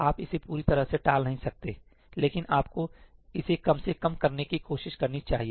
आप इसे पूरी तरह से टाल नहीं सकते लेकिन आपको इसे कम से कम करने की कोशिश करनी चाहिए